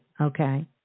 Okay